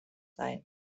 sein